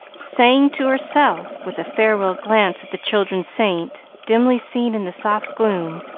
saying to herself, with a farewell glance at the children's saint, dimly seen in the soft gloom,